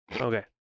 Okay